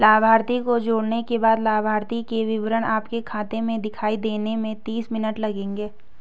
लाभार्थी को जोड़ने के बाद लाभार्थी के विवरण आपके खाते में दिखाई देने में तीस मिनट लगेंगे